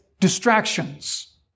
distractions